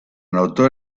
anotó